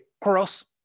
cross